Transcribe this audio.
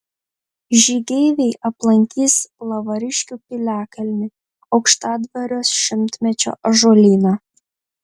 žygeiviai aplankys lavariškių piliakalnį aukštadvario šimtmečio ąžuolyną